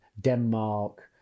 Denmark